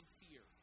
fear